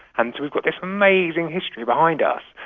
and so we've got this amazing history behind us,